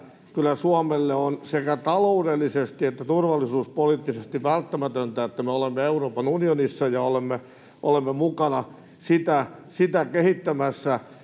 kyllä Suomelle on sekä taloudellisesti että turvallisuuspoliittisesti välttämätöntä, että me olemme Euroopan unionissa ja olemme mukana sitä kehittämässä